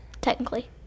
Technically